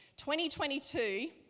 2022